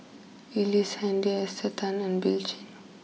Ellice Handy Esther Tan and Bill Chen